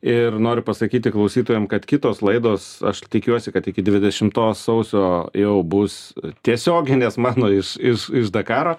ir noriu pasakyti klausytojam kad kitos laidos aš tikiuosi kad iki dvidešimtos sausio jau bus tiesioginės mano iš iš iš dakaro